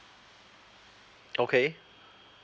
okay